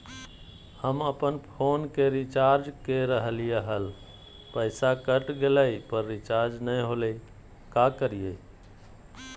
हम अपन फोन के रिचार्ज के रहलिय हल, पैसा कट गेलई, पर रिचार्ज नई होलई, का करियई?